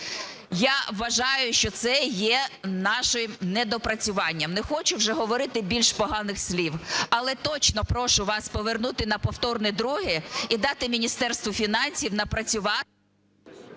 я вважаю, що це є нашим недопрацюванням. Не хочу вже говорити більш поганих слів. Але точно прошу вас повернути на повторне друге і дати Міністерству фінансів напрацювати...